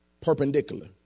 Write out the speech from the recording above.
perpendicular